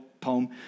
poem